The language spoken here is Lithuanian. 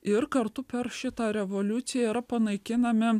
ir kartu per šitą revoliuciją yra panaikinami